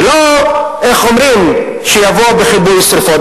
ולא שיבואו בכיבוי שרפות.